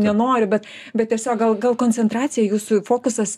nenoriu bet bet tiesiog gal gal koncentracija jūsų fokusas